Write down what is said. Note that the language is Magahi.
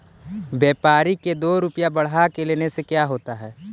व्यापारिक के दो रूपया बढ़ा के लेने से का होता है?